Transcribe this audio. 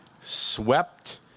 swept